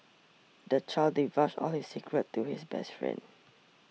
the child divulged all his secrets to his best friend